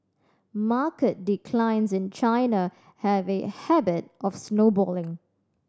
market declines in China have a habit of snowballing